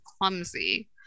clumsy